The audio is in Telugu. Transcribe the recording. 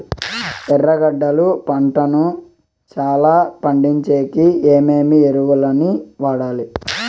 ఎర్రగడ్డలు పంటను చానా పండించేకి ఏమేమి ఎరువులని వాడాలి?